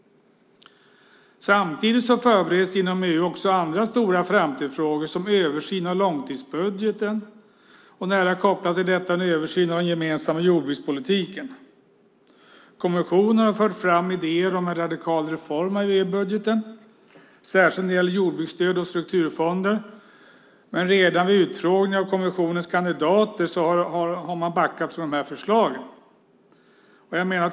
Samtidigt förbereds inom EU också stora framtidsfrågor som översyn av långtidsbudgeten och nära kopplat till detta en översyn av den gemensamma jordbrukspolitiken. Kommissionen har fört fram idéer om en radikal reform av EU-budgeten, särskilt när det gäller jordbruksstöd och strukturfonder. Men redan vid utfrågningarna av kommissionens kandidater backade man från förslagen.